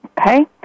Okay